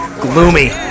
gloomy